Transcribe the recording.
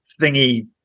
thingy